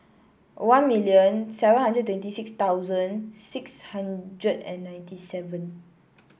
one million seven hundred twenty six thousand six hundred and ninety seven